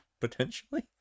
potentially